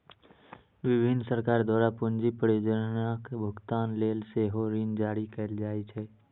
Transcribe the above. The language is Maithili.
विभिन्न सरकार द्वारा पूंजी परियोजनाक भुगतान लेल सेहो ऋण जारी कैल जाइ छै